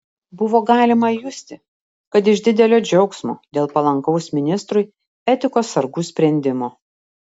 buvo galima justi kad iš didelio džiaugsmo dėl palankaus ministrui etikos sargų sprendimo